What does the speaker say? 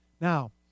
Now